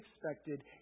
expected